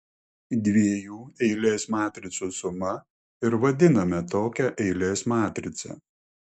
dviejų eilės matricų suma ir vadiname tokią eilės matricą